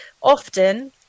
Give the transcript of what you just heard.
often